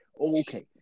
Okay